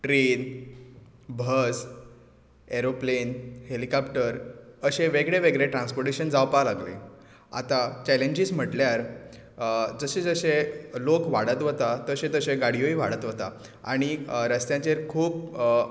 train bus aeroplane helicopter अशें वेगवेगळें transportation जावपाक लागलें आतां चेलँजीस म्हणल्यार जशे जशे लोक वाडत वता तशे तशे गाडयोय वाडत वता आनी रस्त्यांचेर खूब